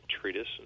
treatise